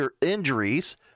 injuries